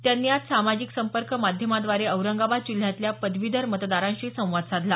त्यांनी आज सामाजिक संपर्क माध्यमांद्वारे औरंगाबाद जिल्ह्यातल्या पदवीधर मतदारांशी संवाद साधला